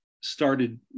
started